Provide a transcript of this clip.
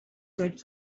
good